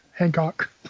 Hancock